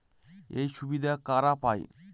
এই সুবিধা কারা পায়?